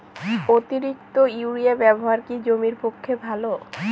অতিরিক্ত ইউরিয়া ব্যবহার কি জমির পক্ষে ভালো?